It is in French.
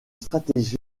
stratégie